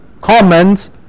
comments